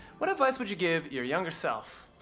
what advice would you give your younger self?